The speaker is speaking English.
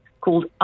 called